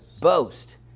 Boast